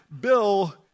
Bill